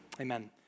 Amen